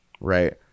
right